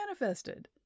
manifested